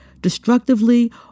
destructively